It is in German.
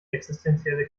existenzielle